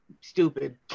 stupid